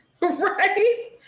Right